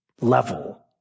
level